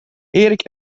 erik